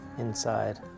Inside